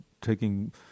taking